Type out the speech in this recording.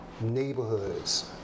neighborhoods